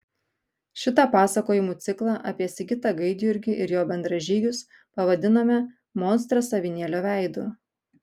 šitą pasakojimų ciklą apie sigitą gaidjurgį ir jo bendražygius pavadinome monstras avinėlio veidu